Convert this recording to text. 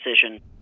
decision